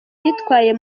yitwaye